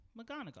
McGonagall